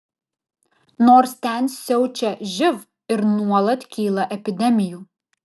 nors ten siaučia živ ir nuolat kyla epidemijų